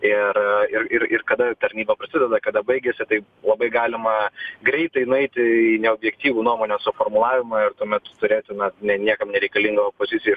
ir ir ir ir kada tarnyba prasideda kada baigiasi tai labai galima greitai nueiti į neobjektyvų nuomonių suformulavimą ir tuomet turėtumėme ne niekam nereikalingo opozicijai